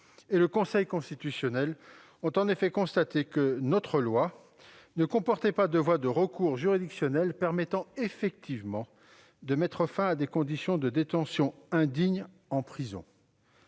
la Cour de cassation et le Conseil constitutionnel ont en effet constaté que la loi française ne comportait pas de voie de recours juridictionnel permettant de mettre fin à des conditions de détention indignes en prison.